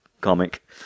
comic